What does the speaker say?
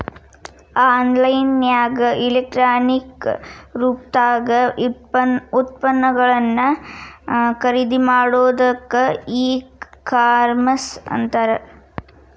on line ನ್ಯಾಗ electronic ರೂಪ್ದಾಗ್ ಉತ್ಪನ್ನಗಳನ್ನ ಖರಿದಿಮಾಡೊದಕ್ಕ ಇ ಕಾಮರ್ಸ್ ಅಂತಾರ